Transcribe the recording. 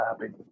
happy